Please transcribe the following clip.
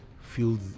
feels